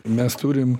mes turim